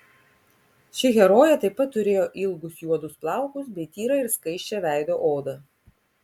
ši herojė taip pat turėjo ilgus juodus plaukus bei tyrą ir skaisčią veido odą